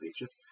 Egypt